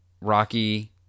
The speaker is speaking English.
Rocky